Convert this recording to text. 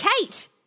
Kate